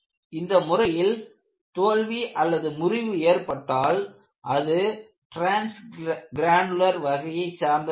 இந்த முறையில் தோல்வி முறிவு ஏற்பட்டால் அது ட்ரான்ஸ்க்ரானுலர் வகையைச் சார்ந்ததாகும்